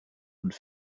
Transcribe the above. und